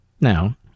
Now